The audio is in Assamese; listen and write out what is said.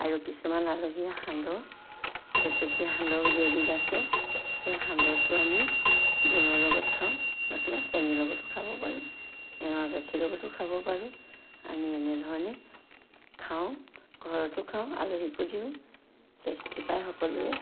আৰু কিছুমান আলহীয়ে সান্দহ চেপেটী সান্দহ বুলি এবিধ আছে সেই সান্দহটো আমি গুৰৰ লগত খাওঁ নতুবা চেনীৰ লগতো খাব পাৰোঁ এঁৱা গাখীৰৰ লগতো খাব পাৰোঁ আমি এনেধৰণে খাওঁ ঘৰতো খাওঁ আলহীকো দিওঁ টেষ্টি পায় সকলোৱে